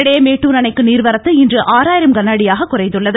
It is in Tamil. இதனிடையே மேட்டூர் அணைக்கு நீர்வரத்து இன்று ஆறாயிரம் கனஅடியாக குறைந்துள்ளது